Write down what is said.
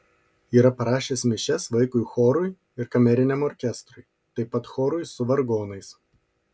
yra parašęs mišias vaikui chorui ir kameriniam orkestrui taip pat chorui su vargonais